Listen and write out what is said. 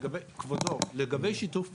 כבודו, לגבי שיתוף פעולה,